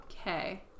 Okay